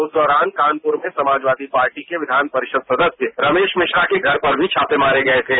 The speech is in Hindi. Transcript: उस दौरान कानपुर में समाजवादी पार्टी के विघानपरिषद सदस्य रमेश मिश्रा के घर पर भी छापे मारे गए थे